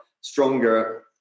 stronger